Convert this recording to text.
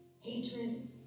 hatred